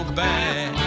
back